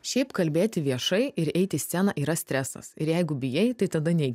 šiaip kalbėti viešai ir eit į sceną yra stresas ir jeigu bijai tai tada neik